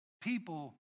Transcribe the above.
people